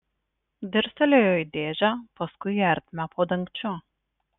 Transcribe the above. dirstelėjo į dėžę paskui į ertmę po dangčiu